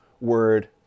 word